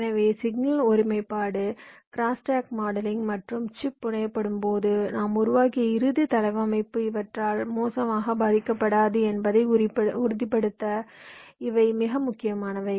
எனவே சிக்னல் ஒருமைப்பாடு crosstalk modelling மற்றும் சிப் புனையப்படும்போது நாம் உருவாக்கிய இறுதி தளவமைப்பு இவற்றால் மோசமாக பாதிக்கப்படாது என்பதை உறுதிப்படுத்த இவை மிக முக்கியமானவை